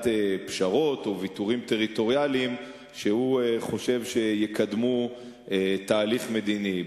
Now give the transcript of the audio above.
פשרות או ויתורים טריטוריאליים שלדעתו יקדמו תהליך מדיני.